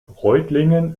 reutlingen